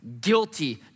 guilty